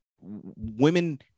Women